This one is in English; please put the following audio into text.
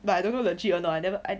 but I don't know legit or no I never I